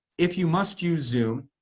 if you must use zoom,